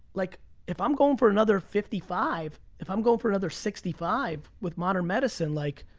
like if i'm going for another fifty five, if i'm going for another sixty five with modern medicine, like,